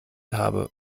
habe